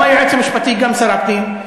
גם היועץ המשפטי, גם שר הפנים,